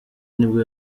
nibwo